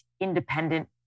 independent